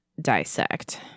dissect